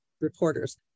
reporters